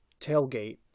tailgate